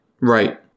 Right